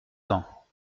temps